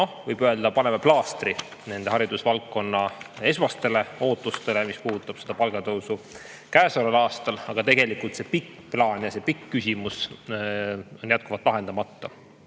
võib öelda, paneme plaastri nendele haridusvaldkonna esmastele ootustele, mis puudutavad palgatõusu käesoleval aastal, aga tegelikult on pikk plaan ja [laiem] küsimus jätkuvalt lahendamata.